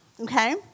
okay